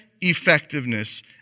effectiveness